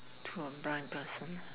for a blind person